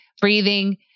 breathing